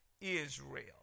Israel